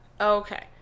Okay